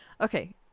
okay